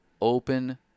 open